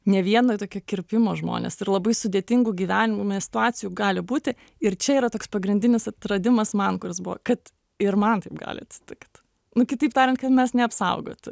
ne vieno tokio kirpimo žmonės ir labai sudėtingų gyvenimų situacijų gali būti ir čia yra toks pagrindinis atradimas man kuris buvo kad ir man taip gali atsitikt nu kitaip tariant kad mes neapsaugoti